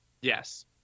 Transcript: Yes